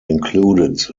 included